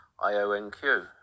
IONQ